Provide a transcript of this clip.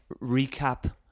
recap